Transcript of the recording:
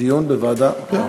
דיון בוועדה.